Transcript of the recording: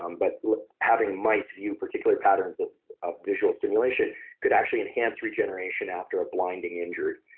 um but having mice view particular patterns of of visual stimulation could actually enhance regeneration after a blinding injury.